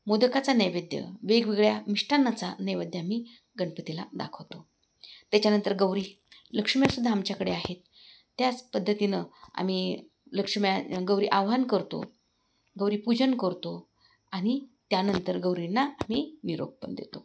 मोदकाचा नैवेद्य वेगवेगळ्या मिष्टान्नाचा नैवेद्य आम्ही गणपतीला दाखवतो त्याच्यानंतर गौरी लक्ष्मीसुद्धा आमच्याकडे आहेत त्याच पद्धतीनं आम्ही लक्ष्म्या गौरी आव्हान करतो गौरी पूजन करतो आणि त्यानंतर गौरींना मी निरोप पण देतो